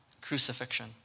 crucifixion